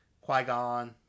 Qui-Gon